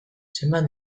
zenbat